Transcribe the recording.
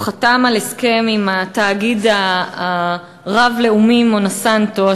הוא חתם על הסכם עם התאגיד הרב-לאומי "מונסנטו",